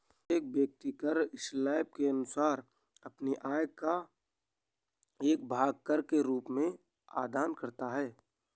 प्रत्येक व्यक्ति कर स्लैब के अनुसार अपनी आय का एक भाग कर के रूप में अदा करता है